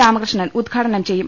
രാമകൃഷ്ണൻ ഉദ്ഘാടനം ചെയ്യും